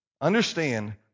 Understand